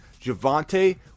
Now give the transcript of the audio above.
Javante